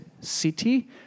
city